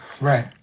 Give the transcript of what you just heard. Right